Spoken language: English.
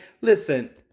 Listen